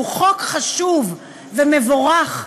שהוא חוק חשוב ומבורך,